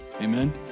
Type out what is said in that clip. Amen